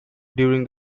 during